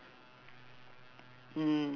mm